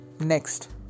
Next